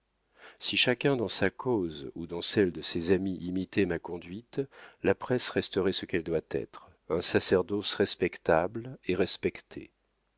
si chacun dans sa cause ou dans celle de ses amis imitait ma conduite la presse resterait ce qu'elle doit être un sacerdoce respectable et respecté